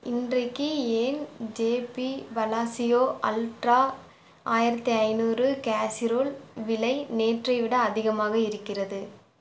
இன்றைக்கு ஏன் JP Palacio ultra ஆயிரத்தி ஐந்நூறு கேஸ்ஸிரோல் விலை நேற்றை விட அதிகமாக இருக்கிறது